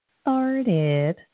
started